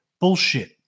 Bullshit